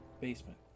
basement